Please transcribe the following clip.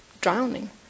drowning